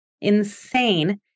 insane